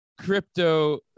crypto